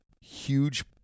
huge